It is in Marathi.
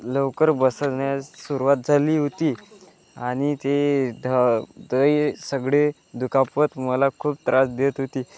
लवकर बसण्यास सुरुवात झाली होती आणि ते धा ते सगळे दुखापत मला खूप त्रास देत होती